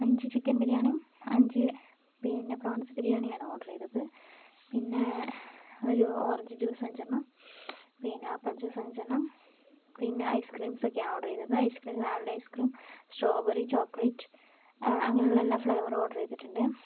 അഞ്ച് ചിക്കൻ ബിരിയാണിയും അഞ്ച് പിന്നെ പ്രോൺസ് ബിരിയാണിയുമാണ് ഓഡർ ചെയ്തത് പിന്നെ ഒരു ഓറഞ്ച് ജ്യൂസ് അഞ്ചെണ്ണം പിന്നെ ആപ്പിൾ ജ്യൂസ് അഞ്ചെണ്ണം പിന്നെ ഐസ്ക്രീംസ് ഒക്കെയാണ് ഓഡർ ചെയ്തത് ice cream vanilla ice cream strawberry chocolate അങ്ങനെയുള്ള എല്ലാ ഫ്ലേവറും ഓർഡർ ചെയ്തിട്ടുണ്ട്